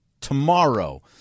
tomorrow